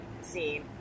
scene